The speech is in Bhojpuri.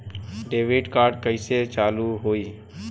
डेबिट कार्ड कइसे चालू होई?